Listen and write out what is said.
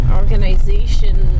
organization